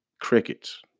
Crickets